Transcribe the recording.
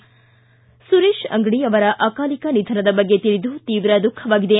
ಸುರೇಶ್ ಅಂಗಡಿಯವರ ಅಕಾಲಿಕ ನಿಧನದ ಬಗ್ಗೆ ತಿಳಿದು ತೀವ್ರ ದುಃಖವಾಗಿದೆ